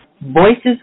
Voices